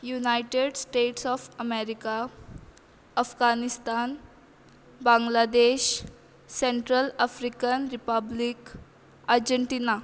United States of America Afghanistan Bangladesh central African republic Argentina